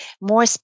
more